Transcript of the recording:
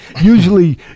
Usually